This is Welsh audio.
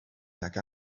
nag